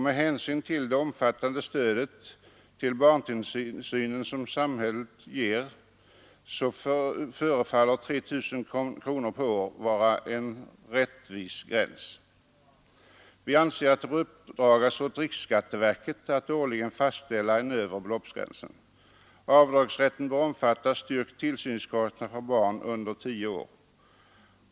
Med hänsyn till det omfattandet stödet till barntillsynen i samhällets regi förefaller 3 000 kronor per år vara en rättvis gräns. Det bör uppdragas åt riksskatteverket att årligen fastställa en övre beloppsgräns. Avdragsrätten bör omfatta styrkta tillsynskostnader för barn under tio år.